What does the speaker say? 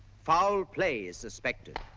foul play is suspected.